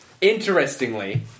Interestingly